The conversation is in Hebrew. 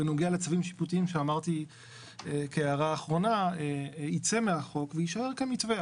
בנוגע לצווים השיפוטיים שאמרתי כהערה אחרונה ייצא מהחוק ויישאר כמתווה.